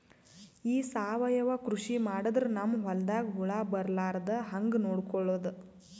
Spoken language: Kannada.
ಈ ಸಾವಯವ ಕೃಷಿ ಮಾಡದ್ರ ನಮ್ ಹೊಲ್ದಾಗ ಹುಳ ಬರಲಾರದ ಹಂಗ್ ನೋಡಿಕೊಳ್ಳುವುದ?